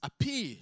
appear